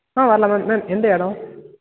ஆ வரலாம் ma'am ma'am எந்த இடம்